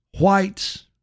whites